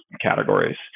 categories